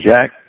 Jack